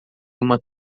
uma